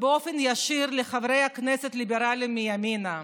באופן ישיר לחברי כנסת ליברלים מימינה,